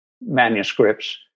manuscripts